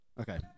Okay